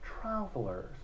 travelers